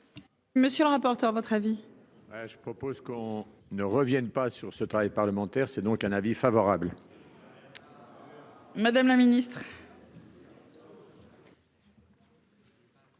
Monsieur le rapporteur, votre avis. Je propose qu'on ne revienne pas sur ce travail parlementaire, c'est donc un avis favorable. Madame la Ministre.